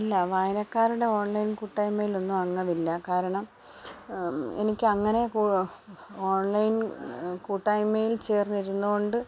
അല്ല വായനക്കാരുടെ ഓൺലൈൻ കൂട്ടായ്മയിലൊന്നും അംഗമില്ല കാരണം എനിക്ക് അങ്ങനെ കോ ഓൺലൈൻ കൂട്ടായ്മയിൽ ചേർന്നിരുന്നുകൊണ്ട്